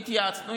והתייעצנו,